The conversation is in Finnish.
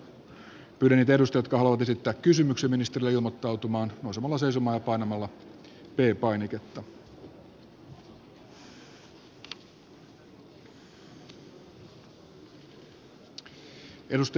pyydän niitä edustajia jotka haluavat esittää kysymyksen ministerille ilmoittautumaan nousemalla seisomaan ja painamalla p painiketta